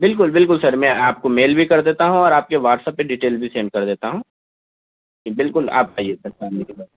بالکل بالکل سر میں آپ کو میل بھی کر دیتا ہوں اور آپ کے واٹس ایپ پہ ڈیٹیل بھی سینڈ کر دیتا ہوں جی بالکل آپ آئیے سر فیمیلی کے ساتھ